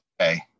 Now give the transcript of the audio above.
okay